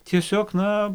tiesiog na